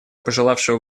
пожелавшего